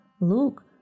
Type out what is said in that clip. look